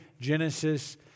Genesis